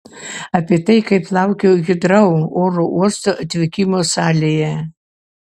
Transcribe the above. apie tai kaip laukiau hitrou oro uosto atvykimo salėje